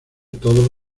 todos